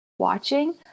watching